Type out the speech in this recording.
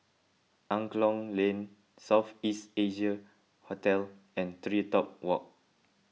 Angklong Lane South East Asia Hotel and TreeTop Walk